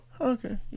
okay